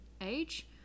age